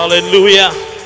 hallelujah